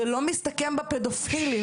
זה לא מסתכם בפדופילים.